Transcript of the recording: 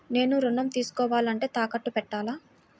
నేను ఋణం తీసుకోవాలంటే తాకట్టు పెట్టాలా?